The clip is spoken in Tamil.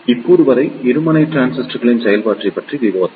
இப்போது வரை இருமுனை டிரான்சிஸ்டரின் செயல்பாட்டைப் பற்றி விவாதித்தோம்